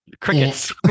crickets